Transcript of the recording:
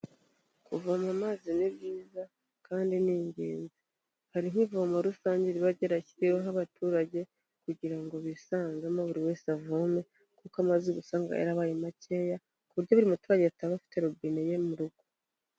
Kuvoma amazi ni byiza kandi ni ingenzi, hariho ivomo rusange riba ryarashyiriweho abaturage kugira ngo bisangemo buri wese avome, kuko amazi uba usanga yarabaye makeya, ku buryo buri muturage ataba afite robine ye mu rugo.